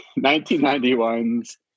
1991's